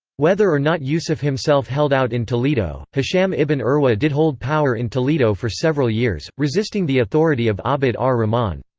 whether or not yusuf himself held out in toledo, hisham ibn urwa did hold power in toledo for several years, resisting the authority of abd ah ar-rahman.